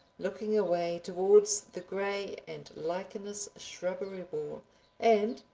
looking away towards the gray and lichenous shrubbery wall and,